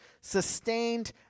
sustained